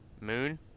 Moon